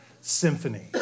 Symphony